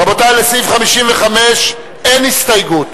רבותי, לסעיף 55 אין הסתייגות,